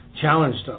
challenged